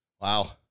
Wow